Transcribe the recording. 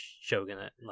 shogunate